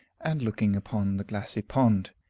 and looking upon the glassy pond,